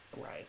right